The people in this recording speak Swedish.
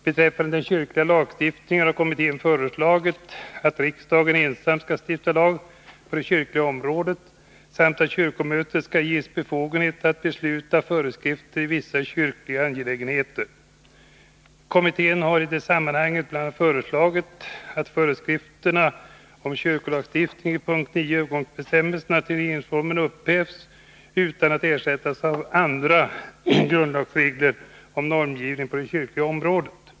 Beträffande den kyrkliga lagstiftningen har kommittén föreslagit att riksdagen ensam skall stifta lag på det kyrkliga området samt att kyrkomötet skall ges befogenhet att besluta föreskrifter i vissa kyrkliga angelägenheter. Kommittén har i det sammanhanget bl.a. föreslagit att föreskrifterna om kyrkolagstiftning i punkt 9 övergångsbestämmelserna till regeringsformen upphävs utan att ersättas av andra grundlagsregler om normgivning på det kyrkliga området.